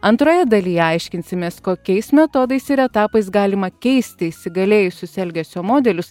antroje dalyje aiškinsimės kokiais metodais ir etapais galima keisti įsigalėjusius elgesio modelius